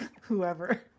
Whoever